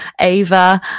Ava